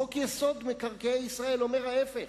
חוק-יסוד: מקרקעי ישראל אומר ההיפך,